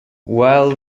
while